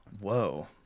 whoa